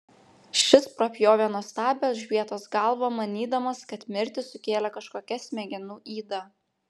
šis prapjovė nuostabią elžbietos galvą manydamas kad mirtį sukėlė kažkokia smegenų yda